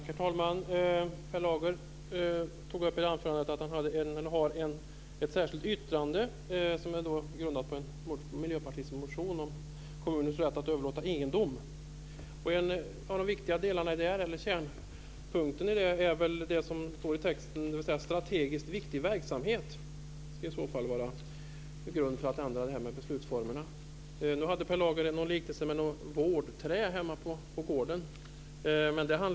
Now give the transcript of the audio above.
Herr talman! Per Lager sade att han hade avgett ett särskilt yttrande som är grundat på Miljöpartiets motion om kommunernas rätt att överlåta egendom. Kärnpunkten där är väl detta som står i texten om strategiskt viktig verksamhet. Det skulle vara en grund för en ändring av beslutsformerna. Per Lager gjorde en liknelse med ett vårdträd som han hade på sin gård.